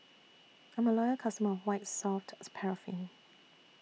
I'm A Loyal customer of White Soft Paraffin